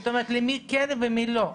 זאת אומרת למי כן ולמי לא.